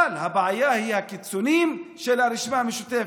אבל הבעיה היא הקיצוניים של הרשימה המשותפת.